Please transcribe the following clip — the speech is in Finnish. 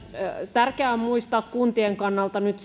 tärkeää on muistaa kuntien kannalta nyt